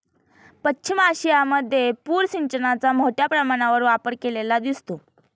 पश्चिम आशियामध्ये पूर सिंचनाचा मोठ्या प्रमाणावर वापर केलेला दिसतो